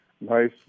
Nice